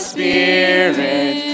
Spirit